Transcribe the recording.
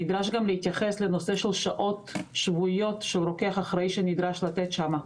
נדרש גם להתייחס לנושא של שעות שבועיות של רוקח אחראי שנדרש לתת שם.